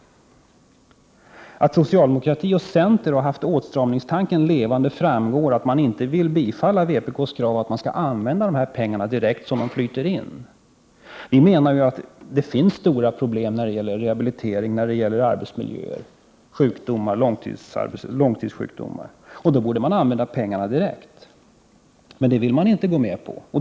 Att socialdemokrati och center har haft åtstramningstanken levande framgår av att man inte vill tillstyrka vpk:s krav på att man skall använda dessa pengar direkt som de flyter in. Vi menar att det finns stora problem när det gäller rehabilitering, arbetsmiljö och långtidssjukdomar. Det är till detta som pengarna borde användas direkt. Men det vill man inte gå med på.